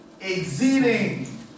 exceeding